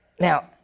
Now